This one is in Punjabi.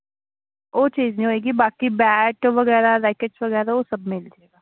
ਉਹ ਚੀਜ਼ ਨਹੀਂ ਹੋਵੇਗੀ ਬਾਕੀ ਬੈਟ ਵਗੈਰਾ ਰੈਕਟਸ ਵਗੈਰਾ ਉਹ ਸਭ ਮਿਲ ਜੇਗਾ